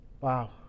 wow